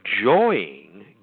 enjoying